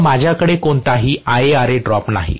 तर माझ्याकडे कोणताही IaRa ड्रॉप नाही